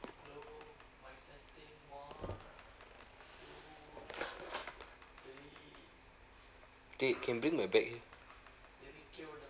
can bring my bag here